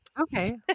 Okay